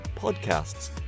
podcasts